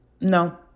No